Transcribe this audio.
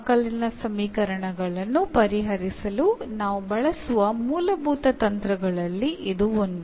ಅವಕಲನ ಸಮೀಕರಣಗಳನ್ನು ಪರಿಹರಿಸಲು ನಾವು ಬಳಸುವ ಮೂಲಭೂತ ತಂತ್ರಗಳಲ್ಲಿ ಇದು ಒಂದು